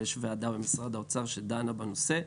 ויש ועדה במשרד האוצר שדנה בנושא,